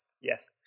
Yes